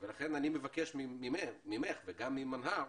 אני מבקש ממך וגם ממנה"ר